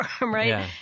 right